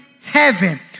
heaven